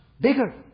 bigger